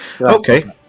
Okay